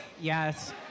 Yes